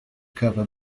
cover